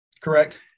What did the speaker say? Correct